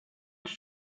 did